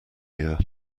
year